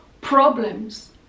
problems